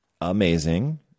amazing